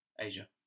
Asia